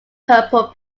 purple